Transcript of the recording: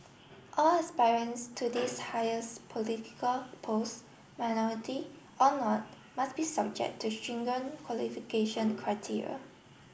all aspirants to this highest political post minority or not must be subject to stringent qualification criteria